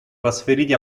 trasferiti